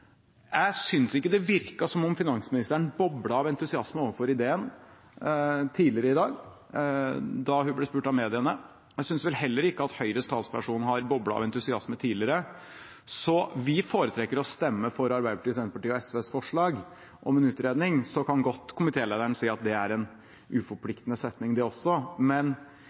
Jeg synes ikke det virket som om finansministeren boblet av entusiasme for denne ideen tidligere i dag, da hun ble spurt av mediene. Jeg synes vel heller ikke at Høyres talsperson har boblet av entusiasme tidligere. Så vi foretrekker å stemme for Arbeiderpartiet, Senterpartiet og SVs forslag om en utredning. Så kan godt komitélederen si at det er en uforpliktende setning, det også, men